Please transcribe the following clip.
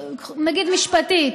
נגיד משפטית.